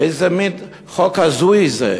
איזה מין חוק הזוי זה?